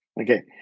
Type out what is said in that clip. okay